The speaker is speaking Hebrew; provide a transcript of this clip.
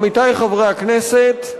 עמיתי חברי הכנסת,